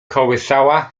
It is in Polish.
kołysała